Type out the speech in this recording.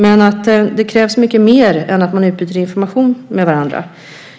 Men det krävs mycket mer än att man utbyter information med varandra.